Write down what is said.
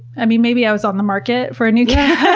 i mean maybe i was on the market for a new cat?